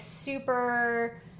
super